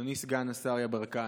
אדוני סגן השר יברקן,